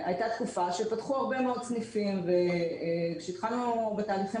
הייתה תקופה שפתחו הרבה מאוד סניפים וכשהתחלנו בתהליכים